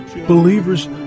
believers